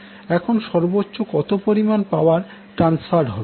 এখন সর্বচ্চো কত পরিমান পাওয়ার ট্রানস্ফারড হবে